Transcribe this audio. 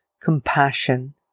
compassion